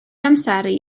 amseru